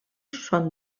són